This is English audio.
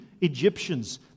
Egyptians